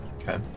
Okay